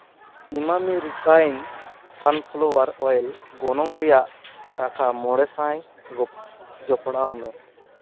Emami refined sunflower oil ᱜᱚᱱᱚᱝ ᱨᱮᱭᱟᱜ ᱴᱟᱠᱟ ᱢᱚᱬᱮ ᱥᱟᱭ ᱡᱚᱯᱲᱟᱣ ᱢᱮ